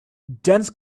dense